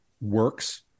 works